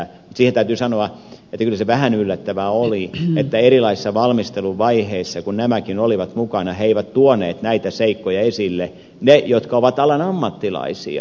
siihen täytyy sanoa että kyllä se vähän yllättävää oli että erilaisissa valmisteluvaiheissa kun nämäkin olivat mukana he eivät tuoneet näitä seikkoja esille ne jotka ovat alan ammattilaisia